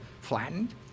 flattened